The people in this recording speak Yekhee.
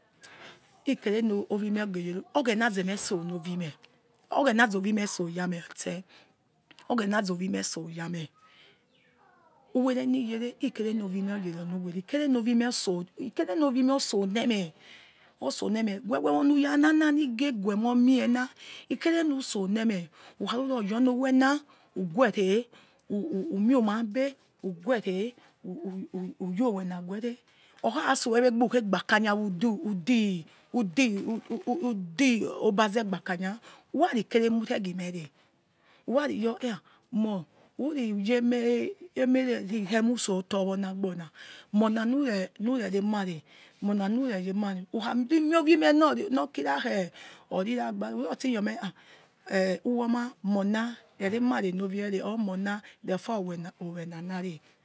Ikere ni owimeh ghe yere oghena zeme so nor owimeh ogbena zowe meh so yame etse oghena zowemeh so yame uwe reni yere ikere no we meh yere onu were ikere no we meh otso nemeh wewe. Wo nu yanana ni ghe gue momie na ikerenuson emeh who kharu ror your na owena woguere who mei umabe uguere uyi owena okhaso egbe who khe gbakania wo udi udii obazegbakania uraraikere emureghi mere urari yor me mor uri yeo emere mutso otor we ona agbona ra ore na nure remare mona nure remare whokhari mio owemeh urati your me uwoma mona rerema re no ovieh re mona refa owna nari.